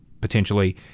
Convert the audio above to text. potentially